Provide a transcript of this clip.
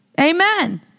Amen